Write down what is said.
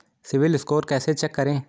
CIBIL score कैसे check करें?